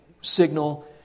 signal